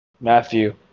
Matthew